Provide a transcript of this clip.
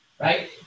right